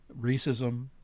racism